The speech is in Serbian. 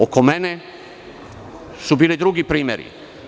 Oko mene su bili drugi primeri.